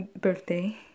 birthday